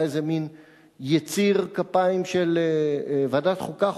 שהיה איזה מין יציר כפיים של ועדת חוקה,